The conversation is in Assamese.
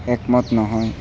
একমত নহয়